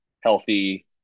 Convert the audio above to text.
healthy